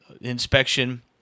inspection